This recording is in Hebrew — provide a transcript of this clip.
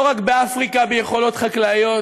לא רק באפריקה ביכולות חקלאיות,